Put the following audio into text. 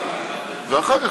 ואחר כך,